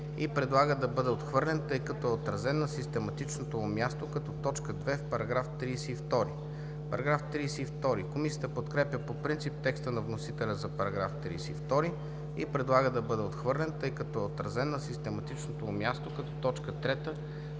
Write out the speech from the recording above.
и предлага да бъде отхвърлен, тъй като е отразен на систематичното му място като т. 2 в § 32. Комисията подкрепя по принцип текста на вносителя за § 32 и предлага да бъде отхвърлен, тъй като е отразен на систематичното му място като т. 3